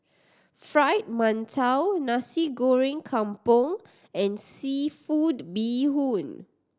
Fried Mantou Nasi Goreng Kampung and seafood bee hoon